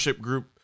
group